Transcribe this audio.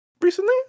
recently